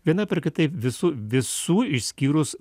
vienaip ar kitaip visų visų išskyrus